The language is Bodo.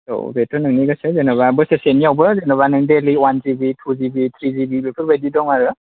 औ बेथ' नोंनि गोसो जेनेबा बोसोरसेनिआवबो जेनेबा नों daily one GB two GB three GB बेफोरबायदि दं आरो